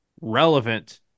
relevant